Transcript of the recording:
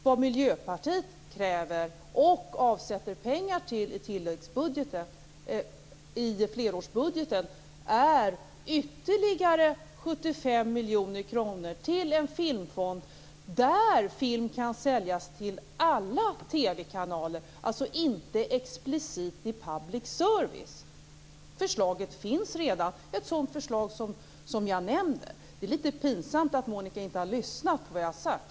Vad Miljöpartiet kräver och avsätter pengar till i flerårsbudgeten är ytterligare 75 miljoner kronor till en filmfond där film kan säljas till alla TV-kanaler, alltså inte explicit till public service. Förslaget finns redan, ett sådant förslag som jag nämner. Det är litet pinsamt att Monica Widnemark inte har lyssnat på vad jag har sagt.